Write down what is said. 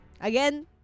again